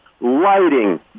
lighting